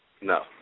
No